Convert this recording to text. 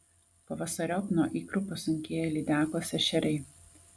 pavasariop nuo ikrų pasunkėja lydekos ešeriai